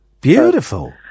Beautiful